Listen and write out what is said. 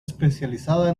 especializada